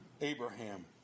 Abraham